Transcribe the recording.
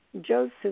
Joseph